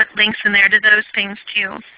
ah links in there to those things too.